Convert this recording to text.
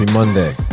Monday